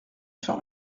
sur